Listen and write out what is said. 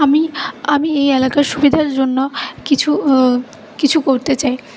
আমি আমি এই এলাকার সুবিধার জন্য কিছু কিছু করতে চাই